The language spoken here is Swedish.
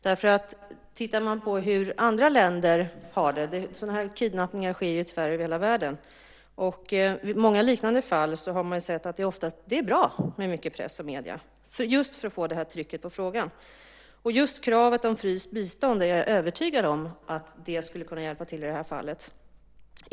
I många liknande fall i andra länder - sådana här kidnappningar sker ju tyvärr över hela världen - har man sett att det oftast är bra med mycket press och medier, just för att få det här trycket på frågan. Just kravet om fryst bistånd är jag övertygad om skulle kunna hjälpa till i det här fallet.